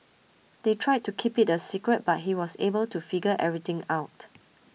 they tried to keep it a secret but he was able to figure everything out